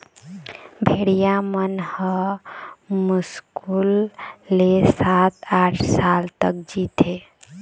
भेड़िया मन ह मुस्कुल ले सात, आठ साल तक जीथे